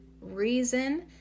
Reason